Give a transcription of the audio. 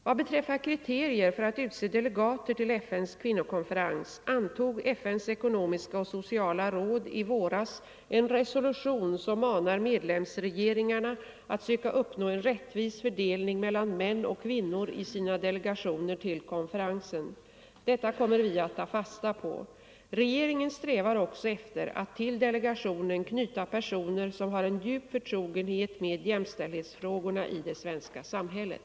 Vad beträffar kriterier för att utse delegater till FN:s kvinnokonferens antog FN:s ekonomiska och sociala råd i våras en resolution som manar medlemsregeringarna att söka uppnå en rättvis fördelning mellan män och kvinnor i sina delegationer till konferensen. Detta kommer vi att ta fasta på. Regeringen strävar också efter att till delegationen knyta personer som har en djup förtrogenhet med jämställdhetsfrågorna i det svenska samhället.